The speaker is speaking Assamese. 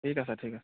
ঠিক আছে ঠিক আছে